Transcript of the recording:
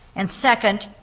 and second,